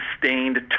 sustained